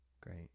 Great